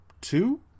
two